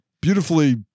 beautifully